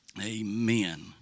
amen